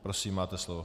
Prosím, máte slovo.